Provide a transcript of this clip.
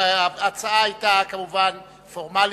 ההצעה היתה כמובן פורמלית.